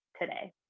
today